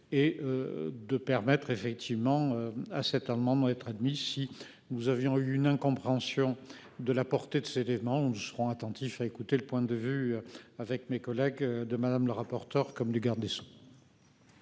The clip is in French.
Est. De permettre effectivement à cette heure le moment être admis. Si nous avions eu une incompréhension de la portée de ses démons. Nous serons attentifs à écouter le point de vue avec mes collègues de Madame la rapporteur comme du garde des